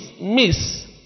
miss